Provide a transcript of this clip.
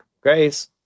Grace